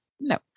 No